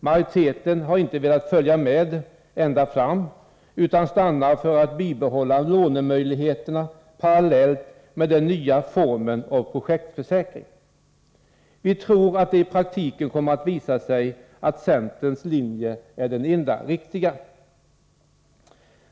Majoriteten har inte velat följa med ända fram, utan stannar för att bibehålla lånemöjligheterna parallellt med den nya formen av projektförsäkring. Vi tror att det i praktiken kommer att visa sig att centerns linje är den enda riktiga.